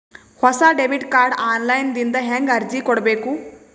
ಹೊಸ debit card online ದಿಂದ ಹೇಂಗ ಅರ್ಜಿ ಕೊಡಬೇಕು?